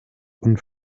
und